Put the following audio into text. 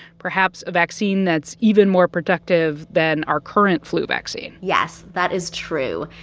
perhaps a vaccine that's even more productive than our current flu vaccine yes, that is true.